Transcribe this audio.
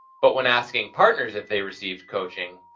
but when asking partners if they received coaching,